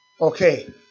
Okay